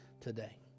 today